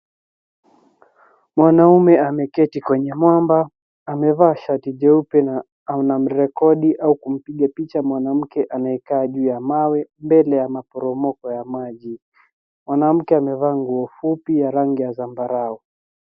Mwanaume ameketi kwenye mwamba, amevaa shati jeupe na unamrekodi au kumpika ya mwanamke anakaa juu ya mawe mbele ya maboromoko ya maji. Mwanamke amevaa nguo mfupi ya rangi ya sambarau.